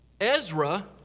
Ezra